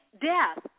death